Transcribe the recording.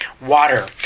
water